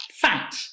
fat